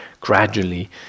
gradually